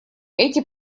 эти